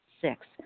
Six